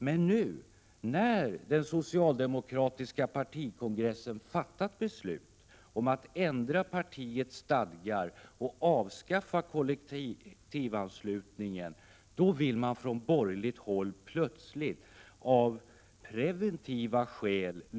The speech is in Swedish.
Men nu när den socialdemokratiska partikongressen har fattat beslut om att ändra partiets stadgar och avskaffa kollektivanslutningen vill man från borgerligt håll plötsligt lagstifta av preventiva skäl.